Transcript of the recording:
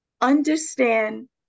understand